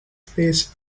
face